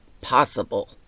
Possible